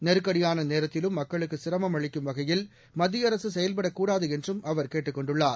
நெருக்கடியான நேரத்திலும் மக்களுக்கு சிரமம் அளிக்கும் வகையில் மத்திய செயல்படக்கூடாது என்றும் அவர் கேட்டுக் கொண்டுள்ளார்